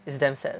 is damn sad